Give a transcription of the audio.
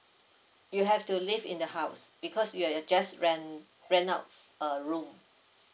you have to live in the house because you just rent rent out a room